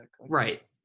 Right